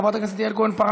חברת הכנסת יעל כהן-פארן,